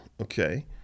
okay